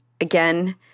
Again